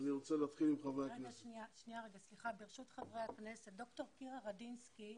ברשות חברי הכנסת, זימנתי את דוקטור קירה רדינסקי.